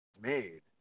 made